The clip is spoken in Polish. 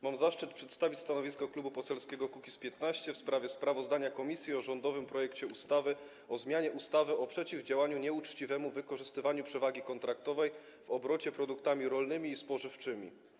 Mam zaszczyt przedstawić stanowisko Klubu Poselskiego Kukiz’15 w sprawie sprawozdania komisji o rządowym projekcie ustawy o zmianie ustawy o przeciwdziałaniu nieuczciwemu wykorzystywaniu przewagi kontraktowej w obrocie produktami rolnymi i spożywczymi.